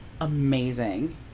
amazing